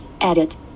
Edit